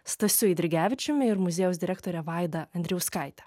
stasiu eidrigevičiumi ir muziejaus direktore vaida andrijauskaite